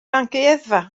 amgueddfa